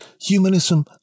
Humanism